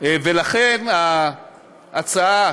לכן, ההצעה